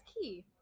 key